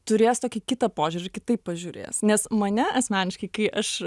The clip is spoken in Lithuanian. turės tokį kitą požiūrį kitaip pažiūrės nes mane asmeniškai kai aš